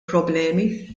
problemi